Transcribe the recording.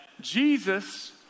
Jesus